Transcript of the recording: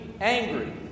angry